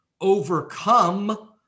overcome